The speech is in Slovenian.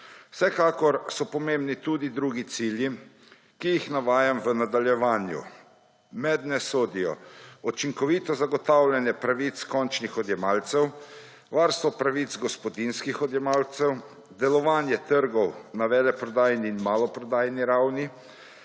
Vsekakor so pomembni tudi drugi cilji, ki jih navajam v nadaljevanju. Mednje sodijo učinkovito zagotavljanje pravic končnih odjemalcev, varstvo pravic gospodinjskih odjemalcev, delovanje trgov na veleprodajni in maloprodajni ravni,